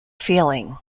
feeling